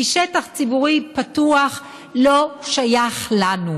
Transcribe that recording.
כי שטח ציבורי פתוח לא שייך לנו,